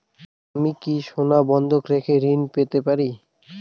আমি কি সোনা বন্ধক রেখে ঋণ পেতে পারি?